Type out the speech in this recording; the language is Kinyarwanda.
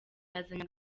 yazanye